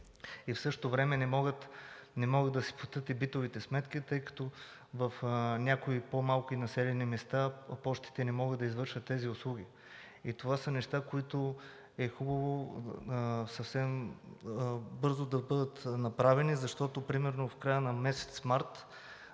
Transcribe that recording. В същото време не могат да си платят и битовите сметки, тъй като в някои по-малки населени места Пощите не могат да извършват тези услуги. Това са неща, които е хубаво съвсем бързо да бъдат направени, защото примерно от края на месец март